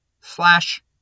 slash